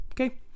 okay